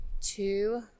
two